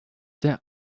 der